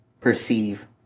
perceive